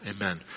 Amen